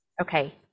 okay